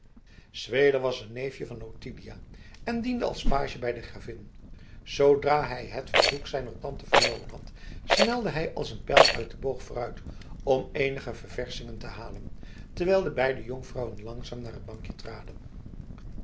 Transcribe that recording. zweder was een neefje van ottilia en diende als page bij de gravin zoodra hij het verzoek zijner tante vernomen had snelde hij als een pijl uit den boog vooruit om eenige verversching te halen terwijl de beide jonkvrouwen langzaam naar het bankje traden